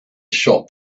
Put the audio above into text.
shop